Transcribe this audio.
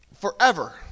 forever